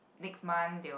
next month they will